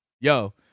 Yo